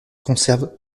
conserves